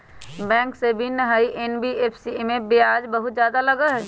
Bank से भिन्न हई एन.बी.एफ.सी इमे ब्याज बहुत ज्यादा लगहई?